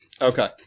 okay